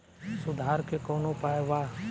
सुधार के कौनोउपाय वा?